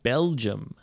Belgium